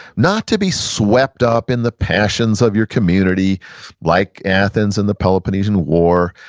not to be swept up in the passions of your community like athens and the peloponnesian war.